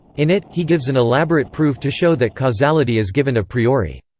in it, he gives an elaborate proof to show that causality is given a priori.